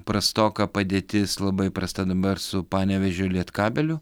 prastoka padėtis labai prasta dabar su panevėžio lietkabeliu